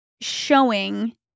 showing